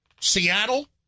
Seattle